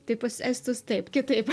tai pas estus taip kitaip